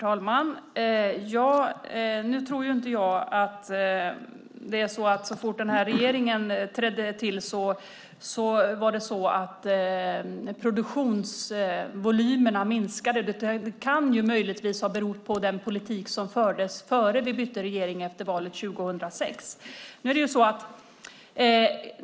Herr talman! Nu tror inte jag att så fort den här regeringen trädde till att produktionsvolymerna minskade. Det kan möjligtvis ha berott på den politik som fördes före vi bytte regering efter valet 2006.